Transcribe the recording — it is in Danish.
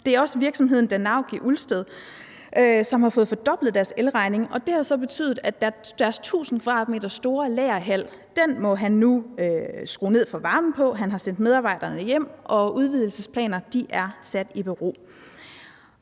Det er også virksomheden Danauk i Ulsted, som har fået fordoblet deres elregning, og det har så betydet, at de har måttet skrue ned for varmen i deres lagerhal på 1.000m2, medarbejderne er sendt hjem, og udvidelsesplaner er sat i bero.